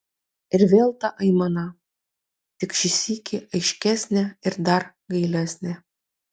ir vėl ta aimana tik šį sykį aiškesnė ir dar gailesnė